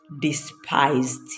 despised